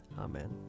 Amen